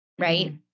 right